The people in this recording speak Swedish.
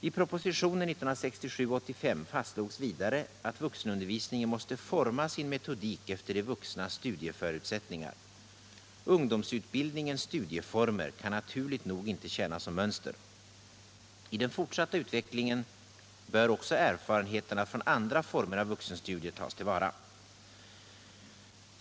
I propositionen 1967:85 fastslogs vidare att ”vuxenundervisningen måste forma sin metodik efter de vuxnas studieförutsättningar. Ungdomsutbildningens studieformer kan naturligt nog inte tjäna som mönster —-—--.” I den fortsatta utvecklingen ”bör också erfarenheterna från andra former av vuxenstudier tas tillvara”.